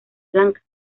blanca